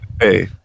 hey